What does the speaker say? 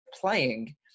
playing